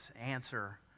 answer